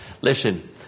Listen